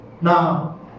Now